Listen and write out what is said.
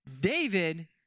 David